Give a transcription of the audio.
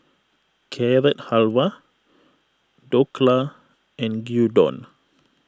Carrot Halwa Dhokla and Gyudon